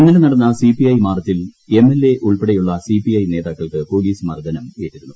ഇന്നലെ നടന്ന സിപിഐ മാർച്ചിൽ എംഎൽഎ ഉൾപ്പെടെയുള്ള സിപിഐ നേതാക്കൾക്ക് പൊലീസ് മർദ്ദനം ഏറ്റിരുന്നു